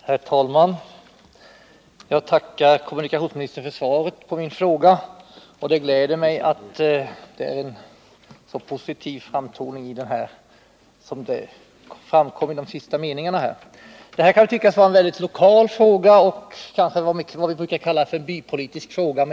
Herr talman! Jag tackar kommunikationsministern för svaret på min fråga. Jag är glad över den positiva framtoning som kom fram i de sista meningarna av svaret. Detta kan tyckas vara en mycket lokal och kanske ”bypolitisk” fråga.